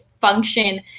function